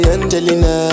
Angelina